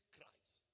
Christ